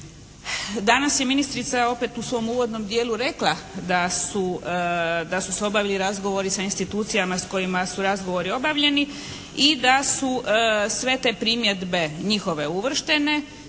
Danas je ministrica opet u svom uvodnom dijelu rekla da su se obavili razgovori sa institucijama s kojima su razgovori obavljeni i da su sve te primjedbe njihove uvrštene